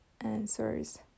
answers